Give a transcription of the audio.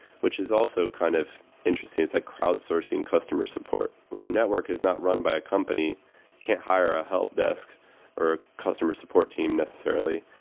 which is also kind of interesting. it's like crowd sourcing customer support. when your network is not run by a company, you can't hire a helpdesk or customer support team necessarily.